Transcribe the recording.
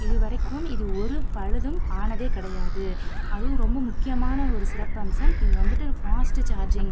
இதுவரைக்கும் இது ஒரு பழுதும் ஆனது கிடையாது அதுவும் ரொம்ப முக்கியமான ஒரு சிறப்பம்சம் இது வந்துட்டு ஃபாஸ்ட் சார்ஜிங்